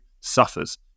suffers